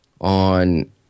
on